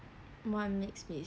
what makes me